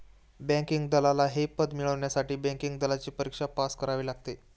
banking दलाल हे पद मिळवण्यासाठी बँकिंग दलालची परीक्षा पास करावी लागते